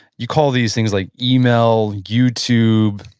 you call these things like email, youtube,